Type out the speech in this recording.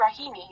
Rahimi